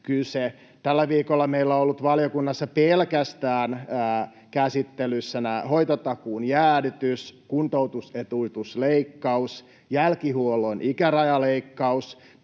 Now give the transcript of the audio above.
Tällä viikolla meillä on ollut valiokunnassa pelkästään käsittelyssä hoitotakuun jäädytys, kuntoutusetuuden leikkaus, jälkihuollon ikärajan leikkaus,